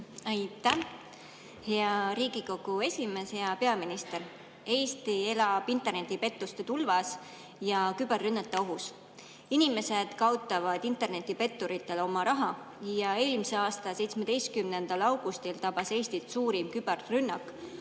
Aitäh, hea Riigikogu esimees! Hea peaminister! Eesti elab internetipettuste tulvas ja küberrünnete ohus. Inimesed kaotavad internetipetturitele oma raha ja eelmise aasta 17. augustil tabas Eestit suurim küberrünnak